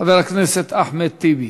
חבר הכנסת אחמד טיבי.